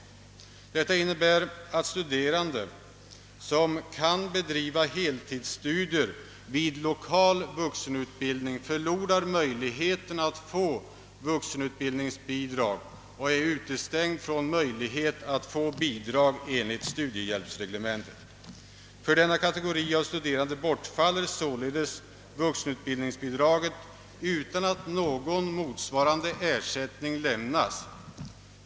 Detta innebär att studerande som kan bedriva heltidsstudier vid den lokala vuxenundervisningen förlorar möjligheten att få vuxenutbildningsbidrag och är utestängd från möjligheten att få bidrag enligt studiehjälpsreglementet. För denna kategori av studerande bortfaller således vuxenutbildningsbidraget utan att någon motsvarande ersättning lämnas.